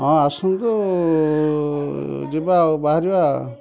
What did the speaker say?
ହଁ ଆସନ୍ତୁ ଯିବା ଆଉ ବାହାରିବା ଆଉ